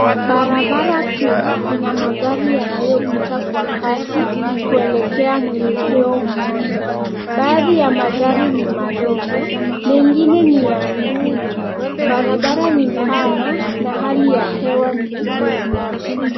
Barabara kuu ina magari yanayopita kwa kazi kuelekea mwelekeo mmoja. Baadhi ya magari ni madogo, mengine ni ya mzigo. Barabara ni bana na hali ya hewa nzuri.